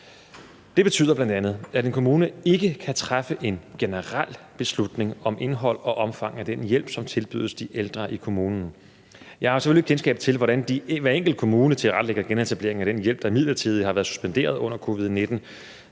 Det betyder bl.a., at en kommune ikke kan træffe en generel beslutning om indholdet og omfanget af den hjælp, som tilbydes de ældre i kommunen. Jeg har selvfølgelig ikke kendskab til, hvordan hver enkelt kommune tilrettelægger genetableringen af den hjælp, der midlertidigt har været suspenderet under covid-19,